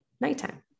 nighttime